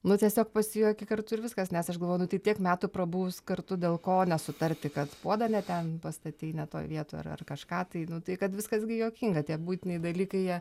nu tiesiog pasijuoki kartu ir viskas nes aš galvoju nu tai tiek metų prabuvus kartu dėl ko nesutarti kad puodą ne ten pastatei ne toj vietoj ar ar kažką tai tai kad viskas gi juokinga tie buitiniai dalykai jie